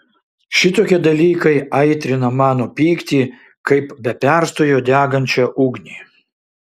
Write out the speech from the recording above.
šitokie dalykai aitrina mano pyktį kaip be perstojo degančią ugnį